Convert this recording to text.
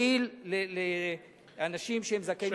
מועיל לאנשים שהם זכאים של משרד השיכון.